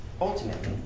ultimately